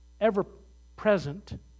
ever-present